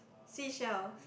seashells